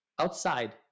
outside